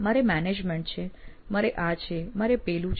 મારે મેનેજમેન્ટ છે મારે આ છે મારે પેલું છે